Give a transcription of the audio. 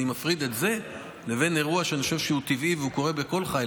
אני מפריד את זה מהאירוע שאני חושב שהוא טבעי וקורה בכל חיל.